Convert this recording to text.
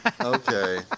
Okay